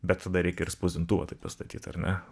bet tada reikia ir spausdintuvą taip pastatyt ar ne